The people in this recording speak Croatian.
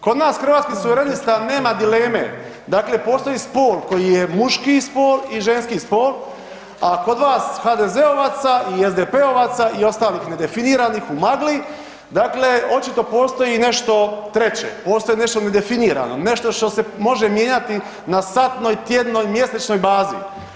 Kod nas Hrvatskih suverenista nema dileme, dakle postoji spol koji je muški spol i ženski spol, a kod vas HDZ-ovaca i SDP-ovaca i ostalih nedefiniranih u magli, dakle očito postoji nešto treće, postoji nešto nedefinirano, nešto što se može mijenjati na satnoj, tjednoj, mjesečnoj bazi.